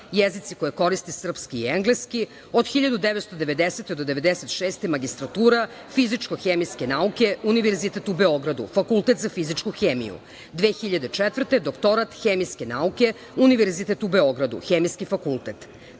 koje koristi, srpski i engleski. Od 1990-1996. godine - magistratura, fizičko hemijske nauke Univerzitet u Beogradu, Fakultet za fizičku hemiju, 2004. godine - doktorat hemijske nauke, Univerzitet u Beogradu, Hemijski fakultet. Kretanje